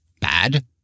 bad